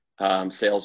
sales